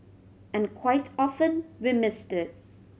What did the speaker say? and quite often we miss it